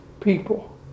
people